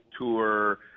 tour